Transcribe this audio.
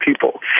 people